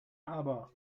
aber